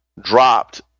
dropped